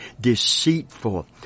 deceitful